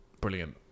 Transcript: brilliant